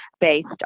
based